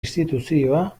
instituzioa